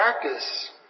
practice